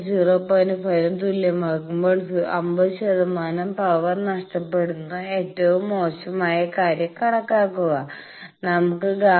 5 ന് തുല്യമാകുമ്പോൾ 50 ശതമാനം പവർ നഷ്ടപ്പെടുന്ന ഏറ്റവും മോശമായ കാര്യം കാണുക നമുക്ക് ΓL0